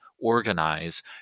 organize